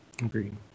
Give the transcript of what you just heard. Agreed